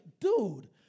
dude